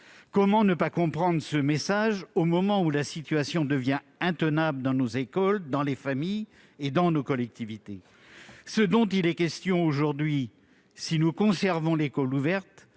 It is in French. Comment ne pas comprendre ce message, au moment où la situation devient intenable dans nos écoles, dans les familles et dans nos collectivités ? Ce dont il est question aujourd'hui, si nous conservons l'école ouverte,